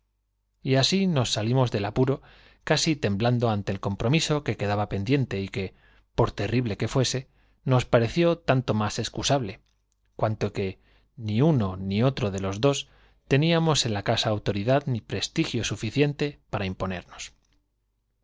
y así nos salimos del apuro casi temblando ante el compromiso que quedaba pendiente y que por terrible que fuese nos pareció tanto más que ni ni de los dos otro excusable cuanto uno teníamos en la casa autoridad ni prestigios suficientes para imponernos